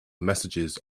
messages